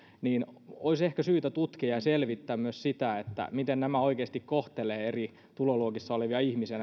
niin olisi ehkä syytä tutkia ja selvittää myös sitä miten nämä korotukset oikeasti kohtelevat eri tuloluokissa olevia ihmisiä